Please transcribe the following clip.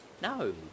No